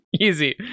Easy